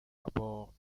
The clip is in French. abords